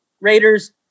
Raiders